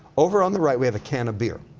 over on the right we have a can of beer.